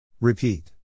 Repeat